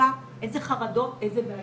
וזה דברים